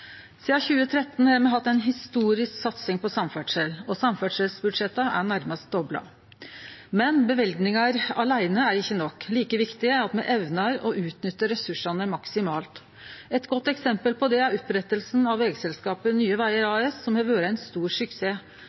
Sidan 2013 har me hatt ei historisk satsing på samferdsel, og samferdselsbudsjetta er nærmast dobla. Men løyvingar aleine er ikkje nok. Like viktig er det at me evnar å utnytte ressursane maksimalt. Eit godt